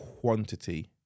quantity